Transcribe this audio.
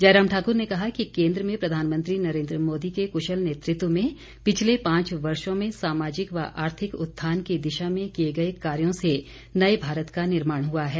जयराम ठाकर ने कहा कि केंद्र में प्रधानमंत्री नरेन्द्र मोदी के कृशल नेतृतव में पिछले पांच वर्षो में सामाजिक व आर्थिक उत्थान की दिशा में किए गए कार्यों से नए भारत का निर्माण हुआ है